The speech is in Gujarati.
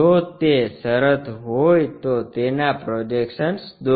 જો તે શરત હોય તો તેના પ્રોજેક્શન દોરો